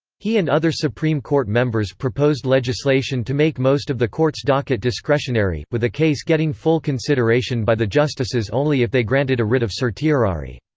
he and other supreme court members proposed legislation legislation to make most of the court's docket discretionary, with a case getting full consideration by the justices only if they granted a writ of certiorari.